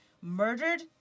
murdered